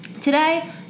Today